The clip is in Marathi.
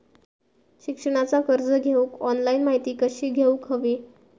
शिक्षणाचा कर्ज घेऊक ऑनलाइन माहिती कशी घेऊक हवी?